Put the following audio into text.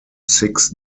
six